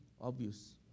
obvious